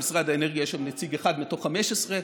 למשרד האנרגיה יש שם נציג אחד מתוך 15,